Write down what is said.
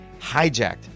hijacked